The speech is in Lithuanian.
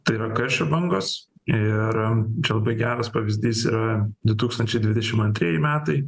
tai yra karščio bangos ir čia labai geras pavyzdys yra du tūkstančiai dvidešimt antrieji metai